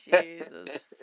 Jesus